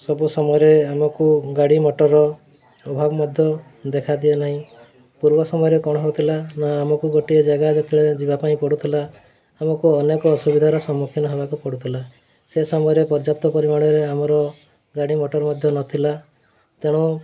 ସବୁ ସମୟରେ ଆମକୁ ଗାଡ଼ି ମୋଟର ଅଭାବ ମଧ୍ୟ ଦେଖା ଦିଏ ନାହିଁ ପୂର୍ବ ସମୟରେ କ'ଣ ହେଉଥିଲା ନା ଆମକୁ ଗୋଟିଏ ଜାଗା ଯେତେବେଳେ ଯିବା ପାଇଁ ପଡ଼ୁଥିଲା ଆମକୁ ଅନେକ ଅସୁବିଧାର ସମ୍ମୁଖୀନ ହେବାକୁ ପଡ଼ୁଥିଲା ସେ ସମୟରେ ପର୍ଯ୍ୟାପ୍ତ ପରିମାଣରେ ଆମର ଗାଡ଼ି ମୋଟର ମଧ୍ୟ ନଥିଲା ତେଣୁ